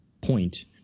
point